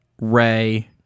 Ray